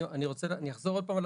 אני אחזור עוד פעם.